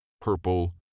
purple